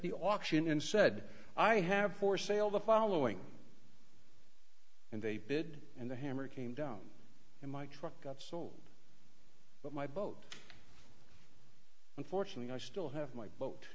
the auction and said i have for sale the following and they bid and the hammer came down and my truck got sold but my boat unfortunately i still have my bo